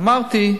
אמרתי: